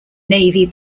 navy